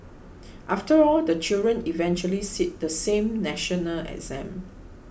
after all the children eventually sit the same national exam